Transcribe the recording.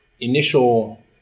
initial